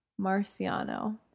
Marciano